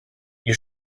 you